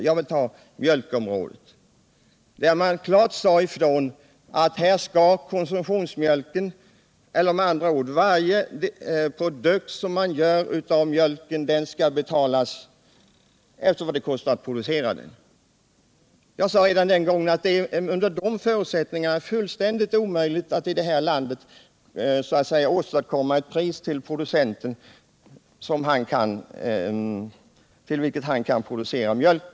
När det gällde mjölkområdet sades klart ifrån att varje produkt som man gör av mjölken skall betalas efter vad det kostar att producera den. Jag sade redan den gången att det under de förutsättningarna var fullständigt omöjligt att konstituera ett mjölkpris som det gick att producera till.